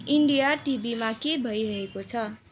India टिभीमा के भइरहेको छ